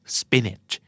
spinach